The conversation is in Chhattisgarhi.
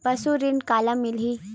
पशु ऋण काला मिलही?